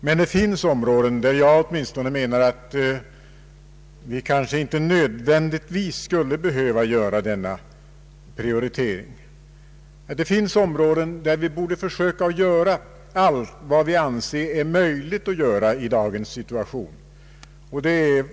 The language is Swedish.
Men det finns områden där åtminstone jag menar att vi kanske inte nödvändigtvis skulle behöva göra denna prioritering. Det finns områden där vi borde försöka göra allt vad vi anser är möjligt att göra i dagens situation.